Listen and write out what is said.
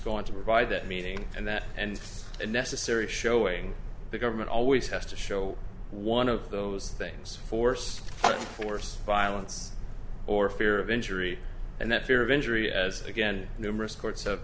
going to provide that meeting and that and a necessary showing the government always has to show one of those things force force violence or fear of injury and that fear of injury as again numerous courts have